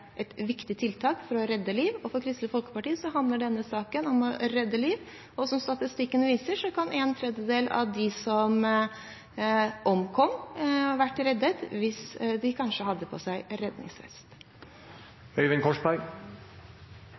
et viktig tiltak for å redde liv. For Kristelig Folkeparti handler denne saken om å redde liv, og som statistikken viser, kunne en tredjedel av dem som har omkommet, ha vært reddet hvis de hadde hatt på seg redningsvest.